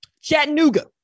Chattanooga